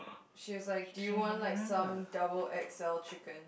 she was like do you want like some double x_l chicken